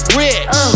rich